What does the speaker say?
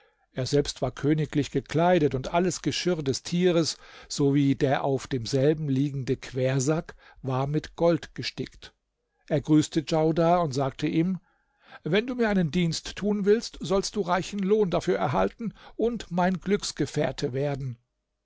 er selbst war königlich gekleidet und alles geschirr des tiers sowie der auf demselben liegende quersack war mit gold gestickt er grüßte djaudar und sagte ihm wenn du mir einen dienst tun willst sollst du reichen lohn dafür erhalten und mein glücksgefährte werden